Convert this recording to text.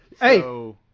Hey